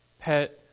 pet